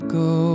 go